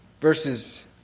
Verses